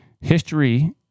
History